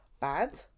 bad